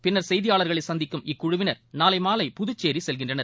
பின்னர் செய்தியாளர்களை சந்திக்கும் இக்குழுவினர் நாளை மாலை புதுச்சேரி செல்கின்றனர்